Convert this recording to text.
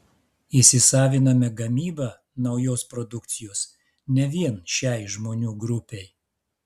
įsisaviname gamybą naujos produkcijos ne vien šiai žmonių grupei